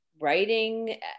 writing